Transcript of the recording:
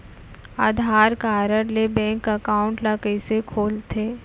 आधार card ले bank account ल कइसे खोलथे?